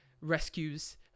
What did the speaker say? rescues